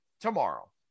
tomorrow